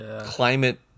climate